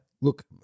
Look